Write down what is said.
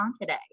today